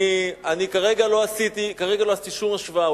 כרגע לא עשיתי שום השוואה.